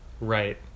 right